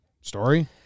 Story